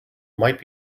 might